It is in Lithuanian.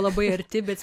labai arti bet